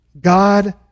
God